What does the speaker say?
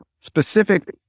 specific